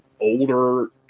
older